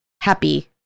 happy